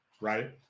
right